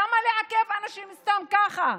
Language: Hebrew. למה לעכב אנשים סתם ככה?